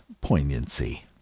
poignancy